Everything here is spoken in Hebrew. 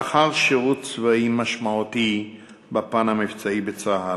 לאחר שירות צבאי משמעותי בפן המבצעי בצה"ל,